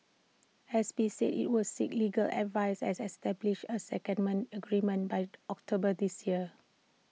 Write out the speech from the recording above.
S P said IT would seek legal advice as establish A secondment agreement by October this year